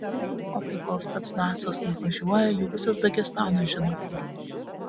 o tai kol specnazas nuvažiuoja jau visas dagestanas žino kur